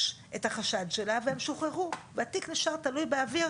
את החשד שלה והם שוחררו והתיק נשאר תלוי באוויר.